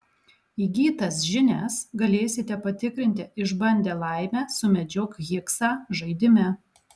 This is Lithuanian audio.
įgytas žinias galėsite patikrinti išbandę laimę sumedžiok higsą žaidime